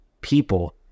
people